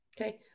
Okay